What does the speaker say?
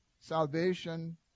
salvation